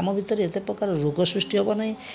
ଆମ ଭିତରେ ଏତେପ୍ରକାର ରୋଗ ସୃଷ୍ଟି ହେବନାହିଁ